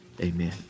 Amen